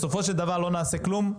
בסופו של דבר לא נעשה כלום.